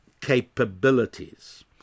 capabilities